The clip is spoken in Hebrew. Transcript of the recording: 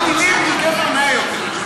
זה רק אותן מילים מגבר נאה יותר.